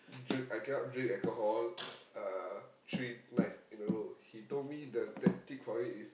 drink I cannot drink alcohol uh three nights in a row he told me the tactic for it is